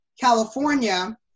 California